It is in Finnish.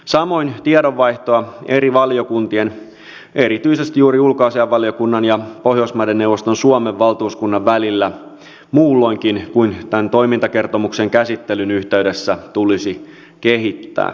samoin tiedonvaihtoa eri valiokuntien erityisesti juuri ulkoasiainvaliokunnan ja pohjoismaiden neuvoston suomen valtuuskunnan välillä muulloinkin kuin tämän toimintakertomuksen käsittelyn yhteydessä tulisi kehittää